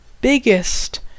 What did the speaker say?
biggest